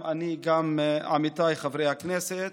גם אני וגם עמיתיי חברי הכנסת.